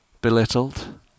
belittled